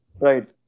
right